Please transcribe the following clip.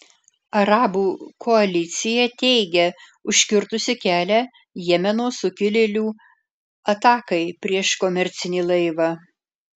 arabų koalicija teigia užkirtusi kelią jemeno sukilėlių atakai prieš komercinį laivą